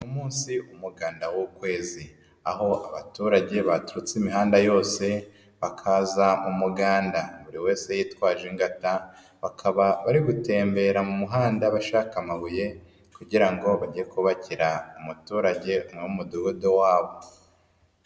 Umunsi umuganda w'ukwezi. Aho abaturage baturutse imihanda yose, bakaza mu muganda. Buri wese yitwaje ingata, bakaba bari gutembera mu muhanda bashaka amabuye, kugira ngo bajye kubakira umuturage wo mu mudugudu wabo.